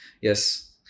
Yes